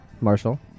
Marshall